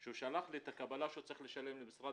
שהוא שלח לי את הקבלה שהוא צריך לשלם למשרד